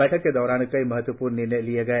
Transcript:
बैठक के दौरान कई महत्वपूर्ण निर्णय लिए गए